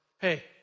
Hey